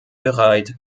bereit